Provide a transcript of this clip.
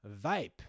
vape